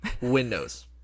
Windows